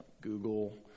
Google